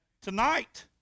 Tonight